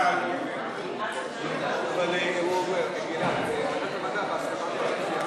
הצעת החוק תועבר לוועדת המדע להכנתה לקריאה